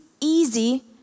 easy